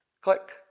click